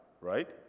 right